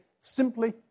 simply